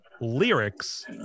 lyrics